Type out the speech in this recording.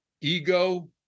ego